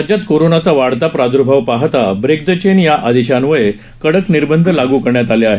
राज्यात कोरोनाचा वाढता प्रादुर्भाव पाहता ब्रेक द चेन या आदेशान्वये कडक निर्बंध लागू करण्यात आले आहेत